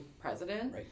president